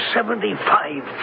Seventy-five